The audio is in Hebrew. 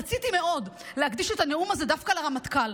רציתי מאוד להקדיש את הנאום הזה דווקא לרמטכ"ל.